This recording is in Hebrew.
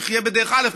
יחיה בדרך א',